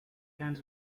hands